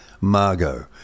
Margot